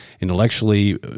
intellectually